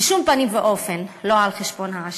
בשום פנים ואופן לא על חשבון העשירים.